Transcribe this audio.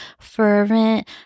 fervent